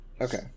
Okay